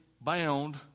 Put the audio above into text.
bound